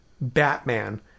Batman